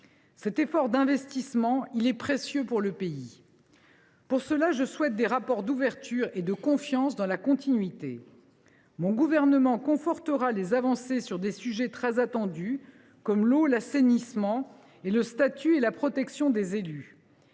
Cet effort d’investissement est précieux pour le pays. « Pour cela, je souhaite des rapports d’ouverture et de confiance dans la continuité. « Mon gouvernement confortera les avancées sur des sujets très attendus comme l’eau, l’assainissement, le statut et la protection des élus.